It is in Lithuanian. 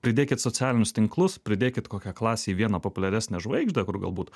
pridėkit socialinius tinklus pridėkit kokią klasėj vieną populiaresnią žvaigždę kur galbūt